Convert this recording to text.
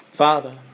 Father